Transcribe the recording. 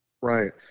Right